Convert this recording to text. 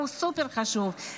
היא סופר-חשובה,